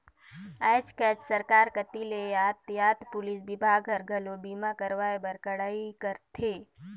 आयज कायज सरकार कति ले यातयात पुलिस विभाग हर, घलो बीमा करवाए बर कड़ाई करथे